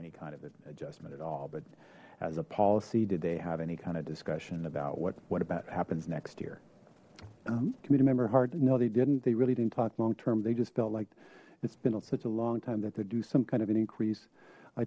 any kind of adjustment at all but as a policy did they have any kind of discussion about what what about happens next year can we remember hard no they didn't they really didn't talk long term they just felt like it's been on such a long time that to do some kind of an increase i